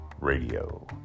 Radio